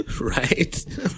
Right